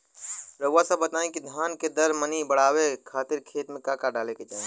रउआ सभ बताई कि धान के दर मनी बड़ावे खातिर खेत में का का डाले के चाही?